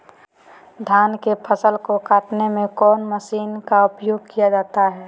धान के फसल को कटने में कौन माशिन का उपयोग किया जाता है?